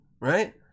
Right